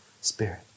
Spirit